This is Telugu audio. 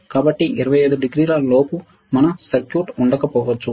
కాబట్టి 25 డిగ్రీల లోపు మన సర్క్యూట్ ఉండకపోవచ్చు